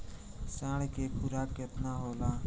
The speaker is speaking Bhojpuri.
साढ़ के खुराक केतना होला?